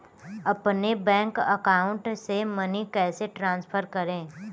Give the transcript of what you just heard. अपने bank account से money कैसे ट्रांसफर करें?